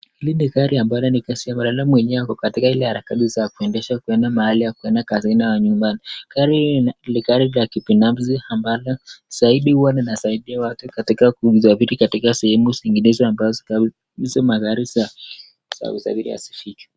Hili ni gari ambalo ni kasi sana, labda mwenye yuko ile harakati za kuendesha kuenda mahali, au kazini au nyumbani. Gari hili ni gari ya kibinafsi ambalo, zaidi uwa lina saidia watu katika kusafiri katika sehemu zinginezo ambazo hizi magari za usafiri hazifiki.